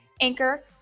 Anchor